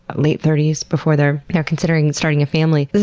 but late thirty s, before they're they're considering starting a family.